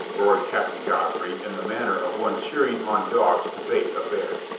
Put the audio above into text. roared captain godfrey in the manner of one cheering on dogs to bait a bear.